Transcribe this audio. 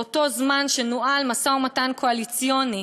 באותו זמן שנוהל משא-ומתן קואליציוני